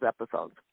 episodes